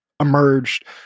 emerged